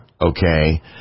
okay